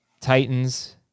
Titans